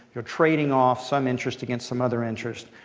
you're trading off some interest against some other interest,